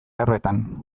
berbetan